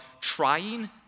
trying